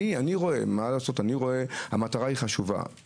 זה לא ייאמן - כי לא יכולים לשלם 10 אגורות.